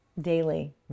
daily